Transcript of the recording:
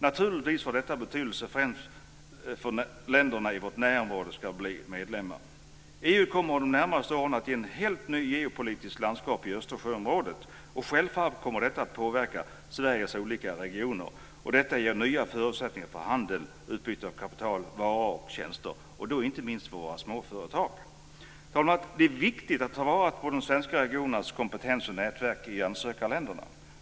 Naturligtvis har detta betydelse främst när länderna i vårt närområde blir medlemmar. EU kommer under de närmaste åren att ge ett helt nytt geopolitiskt landskap i Östersjöområdet. Självfallet kommer detta att påverka Sveriges olika regioner. Detta ger nya förutsättningarna för handel, utbyte av kapital, varor och tjänster. Det gäller inte minst våra småföretag. Fru talman! Det är viktigt att ta vara på de svenska regionernas kompetens och nätverk i ansökarländerna.